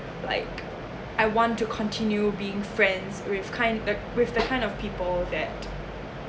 like I want to continue being friends with kind uh with the kind of people that